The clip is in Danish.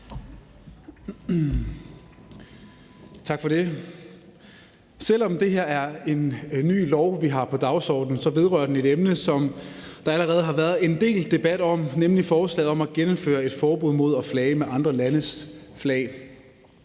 Tak for det. Selv om det er en ny lov, vi har på dagsordenen her, så vedrører den et område, der allerede har været en del debat om, nemlig forslaget om at gennemføre et forbud mod at flage med andre landes flag.